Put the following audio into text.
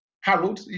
Harold